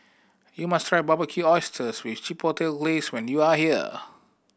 you must try Barbecued Oysters with Chipotle Glaze when you are here